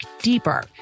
deeper